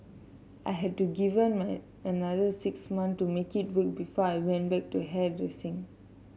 I had to given my another six month to make it work before I went back to hairdressing